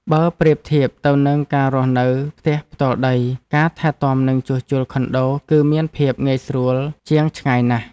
បើប្រៀបធៀបទៅនឹងការរស់នៅផ្ទះផ្ទាល់ដី ការថែទាំនិងជួសជុលខុនដូគឺមានភាពងាយស្រួលជាងឆ្ងាយណាស់។